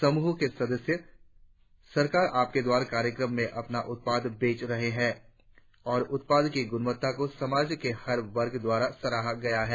समूहों के सदस्य सरकार आपके द्वार कार्यक्रमों में अपने उत्पाद बेच रहे हैं और उत्पाद की गुणवत्ता को समाज के हर वर्ग द्वारा सराहा गया है